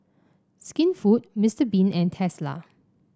Skinfood Mister Bean and Tesla